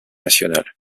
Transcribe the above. nationale